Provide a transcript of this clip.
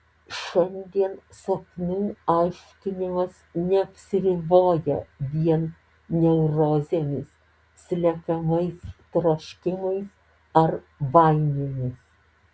šiandien sapnų aiškinimas neapsiriboja vien neurozėmis slepiamais troškimais ar baimėmis